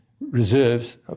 reserves